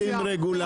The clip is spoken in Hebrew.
לא מכניסים רגולציה.